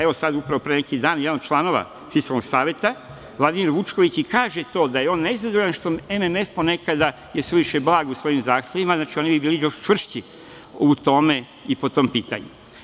Evo sad, upravo, pre neki dan, jedan od članova Fiskalnog saveta, Vladimir Vučković, i kaže to da je on nezadovoljan što je MMF ponekada suviše blag u svojim zahtevima, znači oni bi bili još čvršći u tome i po tom pitanju.